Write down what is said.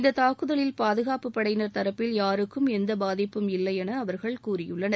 இந்த தாக்குதலில் பாதுகாப்புப் படையினர் தரப்பில் யாருக்கும் எந்த பாதிப்பும் இல்லை என அவர்கள் கூறியுள்ளனர்